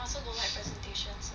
I also don't like presentations